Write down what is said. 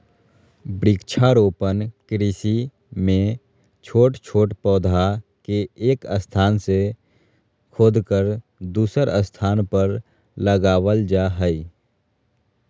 वृक्षारोपण कृषि मे छोट छोट पौधा के एक स्थान से खोदकर दुसर स्थान पर लगावल जा हई